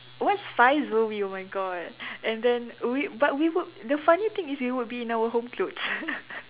watch spies movie oh my god and then we but we would the funny thing is we would be in our home clothes